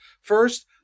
First